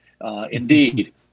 indeed